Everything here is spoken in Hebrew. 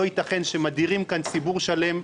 לא ייתכן שמדירים כאן ציבור שלם.